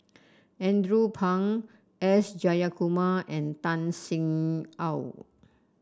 Andrew Phang S Jayakumar and Tan Sin Aun